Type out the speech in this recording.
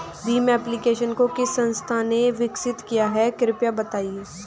Bhim application को किस संस्था ने विकसित किया है कृपया बताइए?